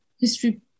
history